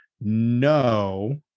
no